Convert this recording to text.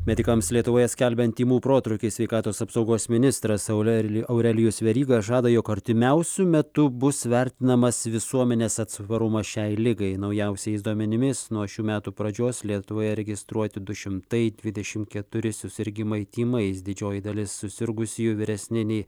medikams lietuvoje skelbiant tymų protrūkį sveikatos apsaugos ministras aureli aurelijus veryga žada jog artimiausiu metu bus vertinamas visuomenės atsparumas šiai ligai naujausiais duomenimis nuo šių metų pradžios lietuvoje registruoti du šimtai dvidešim keturi susirgimai tymais didžioji dalis susirgusiųjų vyresni nei